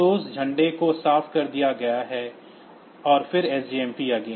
तो उस झंडे को साफ कर दिया गया और फिर SJMP again